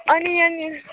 अनि अनि